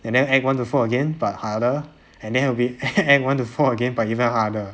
and then act one to four even but harder and then will be act one to four again but even harder